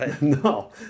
No